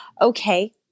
Okay